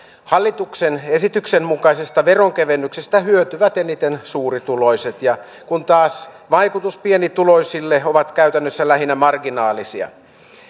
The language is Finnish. hallituksen esityksen mukaisesta veronkevennyksestä hyötyvät eniten suurituloiset kun taas vaikutukset pienituloisille ovat käytännössä lähinnä marginaalisia